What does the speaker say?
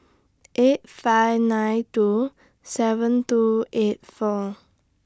eight five nine two seven two eight four